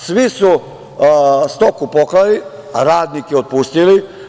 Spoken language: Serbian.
Svi su stoku poklali, a radnike otpustili.